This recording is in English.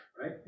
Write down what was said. right